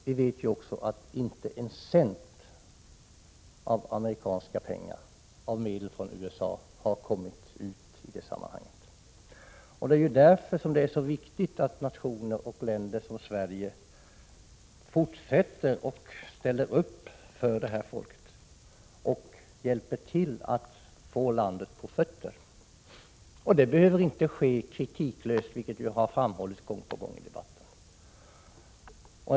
Vi vet också att inte en cent av medel från USA har kommit i det sammanhanget. Det är ju därför som det är så viktigt att länder som Sverige fortsätter och ställer upp för det här folket, hjälper till att få landet på fötter. Det behöver inte ske kritiklöst, vilket ju har framhållits gång på gång i debatten.